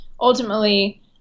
ultimately